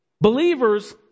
Believers